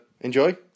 enjoy